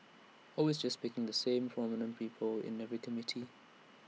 always just picking the same old prominent people in every committee